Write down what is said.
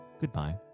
goodbye